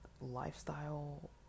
lifestyle